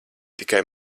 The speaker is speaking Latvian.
tikai